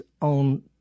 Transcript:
on